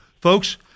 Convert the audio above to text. Folks